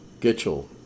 Gitchell